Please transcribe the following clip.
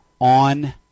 on